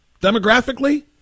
demographically